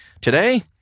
Today